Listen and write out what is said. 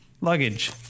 luggage